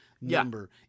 number